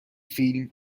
فیلم